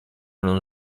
non